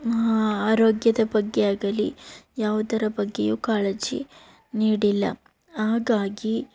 ಆರೋಗ್ಯದ ಬಗ್ಗೆಯಾಗಲಿ ಯಾವುದರ ಬಗ್ಗೆಯೂ ಕಾಳಜಿ ನೀಡಿಲ್ಲ ಹಾಗಾಗಿ